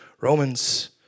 Romans